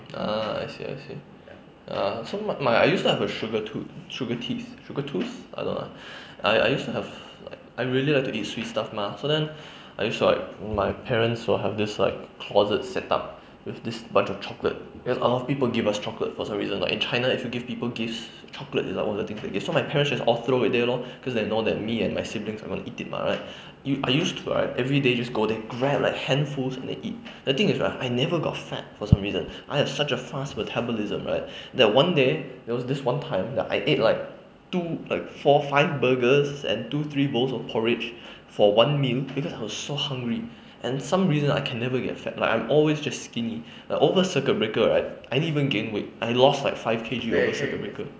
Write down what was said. ah I see I see ah so my my I used to have a sugar tooth sugar teeth sugar tooth I don't know ah I I used to have a like I really like to eat sweet stuff mah so then I used to like my parents will have this like closet set up with this bunch of chocolate because a lot of people give us chocolate for some reason like in china like if you give people gifts chocolate is like one of the things they give so my parents just all throw it there lor cause like they know that me and my siblings going to eat it mah right you I used to every used to go there grab like handful and eat then thing is right I never got fat for some reason I have such a fast metabolism right that one day there was this one time that I ate like two like four five burgers and two three bowls of porridge for one meal because I was so hungry and some reason I can never get fat like I'm always just skinny like over circuit breaker right I didn't even gain weight I lost like five K_G during circuit breaker